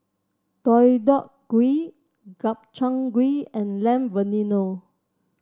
Deodeok Gui Gobchang Gui and Lamb Vindaloo